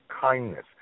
kindness